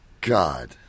God